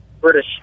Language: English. British